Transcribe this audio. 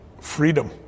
Freedom